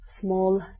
small